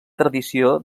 tradició